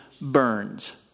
burns